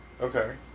Okay